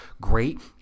great